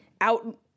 out